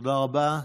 תודה רבה.